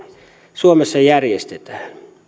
suomessa järjestetään